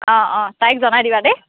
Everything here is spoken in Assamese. অঁ অঁ তাইক জনাই দিবা দেই